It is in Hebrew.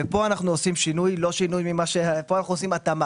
כאן אנחנו עושים שינוי, לא שינוי אלא התאמה.